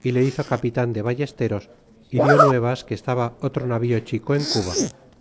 y le hizo capitan de vallesteros y die nuevas que estaba otro navío chico en cuba